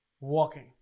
Walking